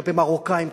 כלפי מרוקאים.